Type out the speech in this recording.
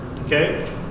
Okay